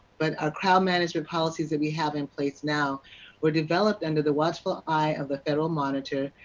but our crowd management policies that we have in place now were developed under the watchful eye of the federal monitor.